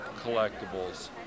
collectibles